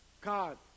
God